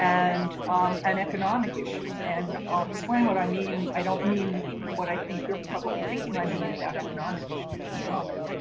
and um and economic issues. and i'll explain what i mean. i don't mean what i think you're probably thinking i mean about economic issues in a moment.